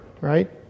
right